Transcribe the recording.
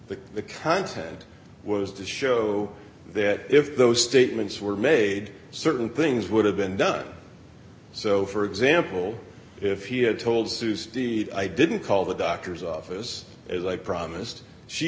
the content was to show that if those statements were made certain things would have been done so for example if he had told sue's deet i didn't call the doctor's office as i promised she